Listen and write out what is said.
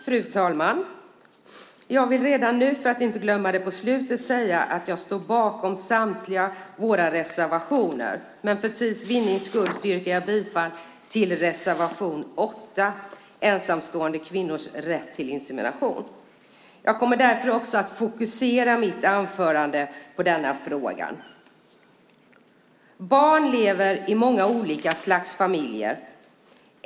Fru talman! Jag vill redan nu för att inte glömma det på slutet säga att jag står bakom samtliga våra reservationer, men för tids vinnande yrkar jag bifall till reservation 8 om ensamstående kvinnors rätt till insemination. Jag kommer därför också att fokusera mitt anförande på denna fråga. Barn lever i många olika slags familjer.